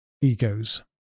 egos